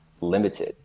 limited